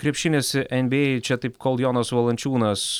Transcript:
krepšinis nba čia taip kol jonas valančiūnas